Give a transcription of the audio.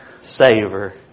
savor